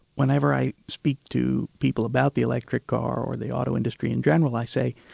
whenever i speak to people about the electric car or the auto industry in general, i say,